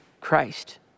Christ